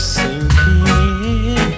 sinking